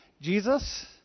Jesus